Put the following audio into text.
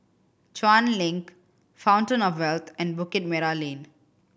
Chuan Link Fountain Of Wealth and Bukit Merah Lane